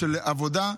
של עבודה,